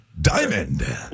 Diamond